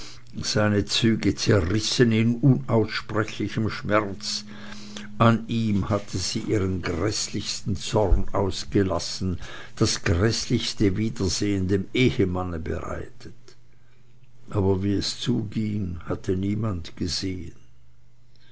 seine züge zerrissen in unaussprechlichem schmerze an ihm hatte sie ihren gräßlichsten zorn ausgelassen das gräßlichste wiedersehn dem ehemanne bereitet aber wie es zuging hat niemand gesehen